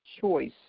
choice